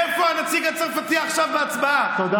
איפה הנציג הצרפתי עכשיו בהצבעה, תודה רבה.